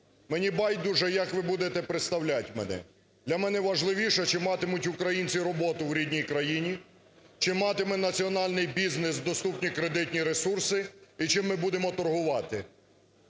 Мені байдуже, як ви будете представляти мене. Для мене важливіше чи матимуть українці роботу в рідній країні, чи матиме національний бізнес доступні кредитні ресурси і чим ми будемо торгувати: